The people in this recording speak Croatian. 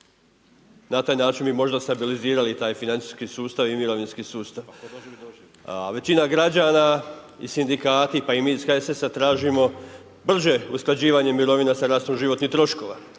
Na taj način bi možda stabilizirali taj financijski sustav i mirovinski sustav, a većina građana i sindikati pa i mi iz HSS-a tražimo brže usklađivanje mirovina sa rastom životnih troškova,